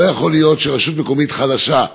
לא יכול להיות שרשות מקומית חלשה,